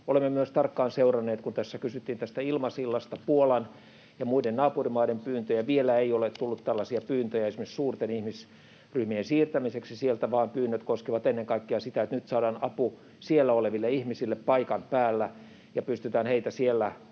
Olemme myös tarkkaan seuranneet — kun tässä kysyttiin tästä ilmasillasta — Puolan ja muiden naapurimaiden pyyntöjä. Vielä ei ole tullut tällaisia pyyntöjä esimerkiksi suurten ihmisryhmien siirtämiseksi sieltä, vaan pyynnöt koskevat ennen kaikkea sitä, että nyt saadaan apu siellä oleville ihmisille paikan päällä ja pystytään heitä siellä auttamaan.